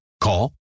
Call